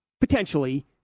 potentially